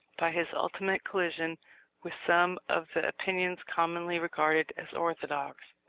by his ultimate collision with some of the opinions commonly regarded as orthodox,